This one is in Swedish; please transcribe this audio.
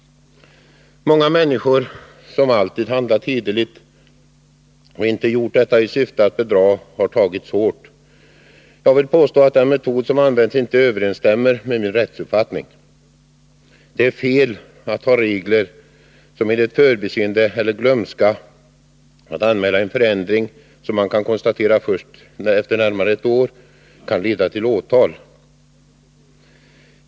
Många människor som alltid handlat hederligt — och i detta fall inte agerat i syfte att bedra — har drabbats hårt. Jag vill påstå att den metod som används inte överensstämmer med min rättsuppfattning. Det är fel att ha sådana regler att förbiseende eller glömska när det gäller att anmäla en förändring som man kan konstatera först efter närmare ett år kan leda till åtal.